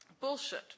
bullshit